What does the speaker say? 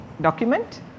document